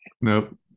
Nope